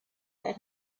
that